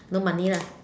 no money lah